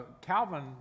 Calvin